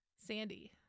Sandy